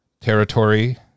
territory